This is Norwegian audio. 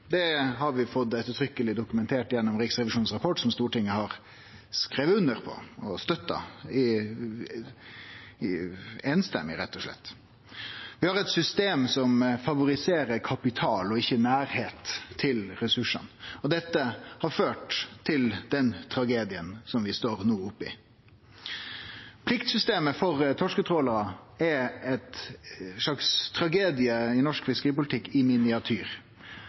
Det har vi fått ettertrykkjeleg dokumentert gjennom Riksrevisjonens rapport, som Stortinget har skrive under på og støtta – samrøystes, til og med. Vi har eit system som favoriserer kapital og ikkje nærleik til ressursane, og dette har ført til den tragedien vi no står oppe i. Pliktsystemet for torsketrålarar er ein slags tragedie i norsk fiskeripolitikk i